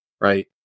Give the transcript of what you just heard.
right